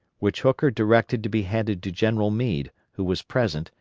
which hooker directed to be handed to general meade, who was present,